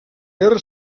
guerra